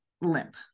limp